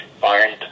find